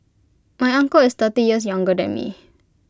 my uncle is thirty years younger than me